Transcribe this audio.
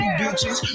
bitches